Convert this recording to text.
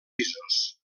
pisos